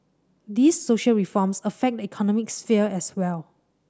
these social reforms affect economic sphere as well